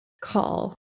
call